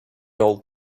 old